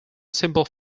simple